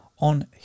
on